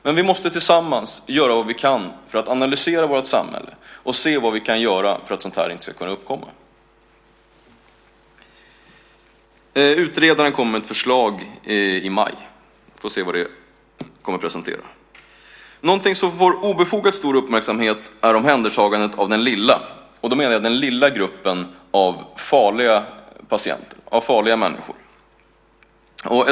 Men vi måste tillsammans göra vad vi kan för att analysera vårt samhälle och se vad vi kan göra för att sådant här inte ska kunna uppkomma. Utredaren kommer med ett förslag i maj. Då får vi se vad som presenteras. Något som får obefogat stor uppmärksamhet är omhändertagandet av den lilla, och då menar jag den lilla, gruppen av farliga människor.